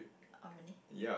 orh really